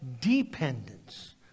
dependence